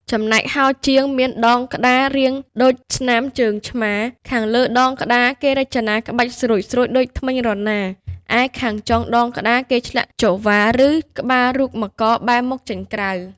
ចំណែកហោជាង មានដងក្តាររាងដូចស្នាមជើងឆ្មា ខាងលើដងក្តារគេរចនាក្បាច់ស្រួចៗដូចធ្មេញរណារ ឯខាងចុងដងក្តារគេឆ្លាក់ជហ្វាជារូបក្បាលមករបែរមុខចេញក្រៅ ។